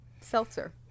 seltzer